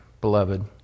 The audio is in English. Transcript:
beloved